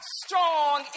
strong